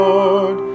Lord